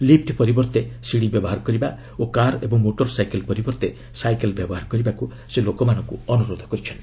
leaf ପରିବର୍ତ୍ତେ ଶିଡି ବ୍ୟବହାର କରିବା ଓ କାର୍ ଓ ମୋଟର ସାଇକେଲ୍ ପରିବର୍ତ୍ତେ ସାଇକେଲ୍ ବ୍ୟବହାର କରିବାକୁ ସେ ଲୋକମାନଙ୍କୁ ଅନୁରୋଧ କରିଛନ୍ତି